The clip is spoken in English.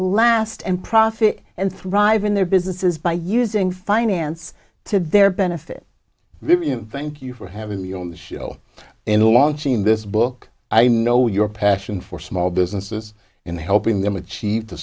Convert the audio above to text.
last and profit and thrive in their businesses by using finance to their benefit thank you for having me on the show in launching this book i know your passion for small businesses in helping them achieve to